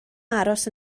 aros